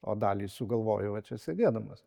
o dalį sugalvojau va čia sėdėdamas